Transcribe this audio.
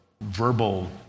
verbal